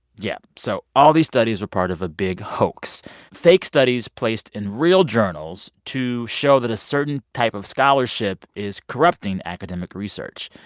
yeah. so all these studies were part of a big hoax fake studies placed in real journals to show that a certain type of scholarship is corrupting academic research.